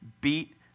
beat